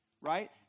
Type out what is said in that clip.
right